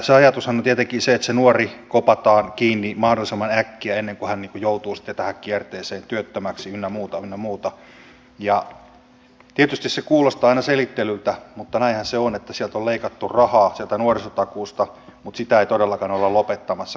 sen ajatushan on tietenkin että se nuori kopataan kiinni mahdollisimman äkkiä ennen kuin hän joutuu sitten tähän kierteeseen työttömäksi ynnä muuta ja tietysti se kuulostaa aina selittelyltä mutta näinhän se on että sieltä nuorisotakuusta on leikattu rahaa mutta sitä ei todellakaan olla lopettamassa